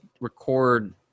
record